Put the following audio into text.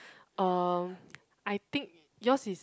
um I think yours is